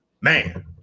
Man